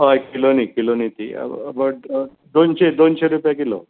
हय किलोनी किलोनी ती बट दोनशे दोनशे रुपया किलो